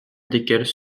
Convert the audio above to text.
desquels